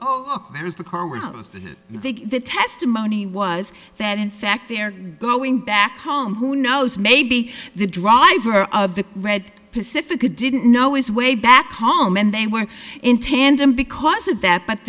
big the testimony was that in fact they're going back home who knows maybe the driver of the red pacifica didn't know its way back home and they were in tandem because of that but